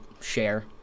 share